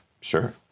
sure